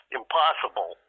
impossible